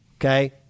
Okay